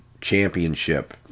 championship